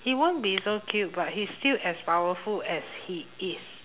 he won't be so cute but he is still as powerful as he is